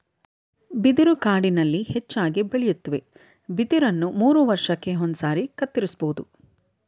ಬಿದಿರು ಕಾಡಿನಲ್ಲಿ ಹೆಚ್ಚಾಗಿ ಬೆಳೆಯುತ್ವೆ ಬಿದಿರನ್ನ ಮೂರುವರ್ಷಕ್ಕೆ ಒಂದ್ಸಾರಿ ಕತ್ತರಿಸ್ಬೋದು